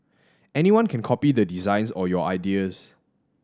anyone can copy the designs or your ideas